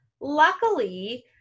Luckily